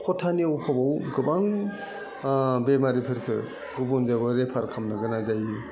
खथानि अफाबाव गोबां बेमारिफोरखो गुबुन जायगायाव रेफार खालामनो गोनां जायो